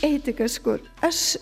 eiti kažkur aš